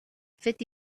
fifty